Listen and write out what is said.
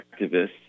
activists